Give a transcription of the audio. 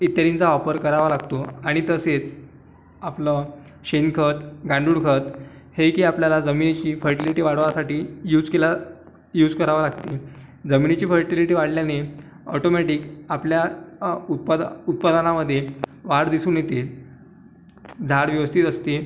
इत्यादींचा वापर करावा लागतो आणि तसेच आपलं शेणखत गांडूळखत हे की आपल्याला जमिनीची फर्टीलिटी वाढवासाठी यूज केला यूज करावा लागते जमिनीची फर्टीलिटी वाढल्याने ऑटोमॅटिक आपल्या उत्पाद उत्पादनामध्ये वाढ दिसून येते झाड व्यवस्थित असते